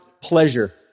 pleasure